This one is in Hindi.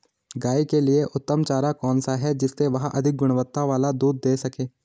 गाय के लिए उत्तम चारा कौन सा है जिससे वह अधिक गुणवत्ता वाला दूध दें सके?